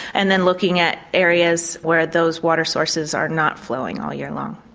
and then looking at areas where those water sources are not flowing all year long.